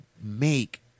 make